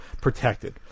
protected